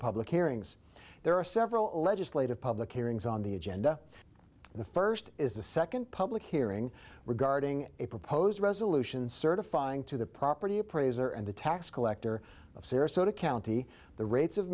public hearings there are several legislative public hearings on the agenda the first is a second public hearing regarding a proposed resolution certifying to the property appraiser and the tax collector of sirius so to county the rates of